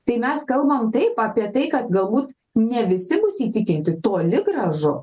tai mes kalbam taip apie tai kad galbūt ne visi bus įtikinti toli gražu